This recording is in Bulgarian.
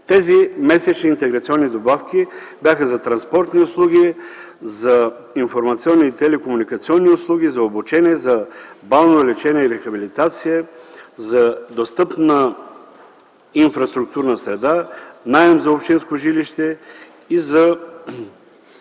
Тези месечни интеграционни добавки бяха за транспортни услуги, за информационни и телекомуникационни услуги, за обучение, за балнеолечение и рехабилитация, за достъпна инфраструктурна среда, наем за общинско жилище, за